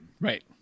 Right